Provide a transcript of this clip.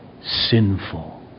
sinful